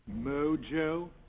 Mojo